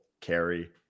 carry